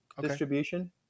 distribution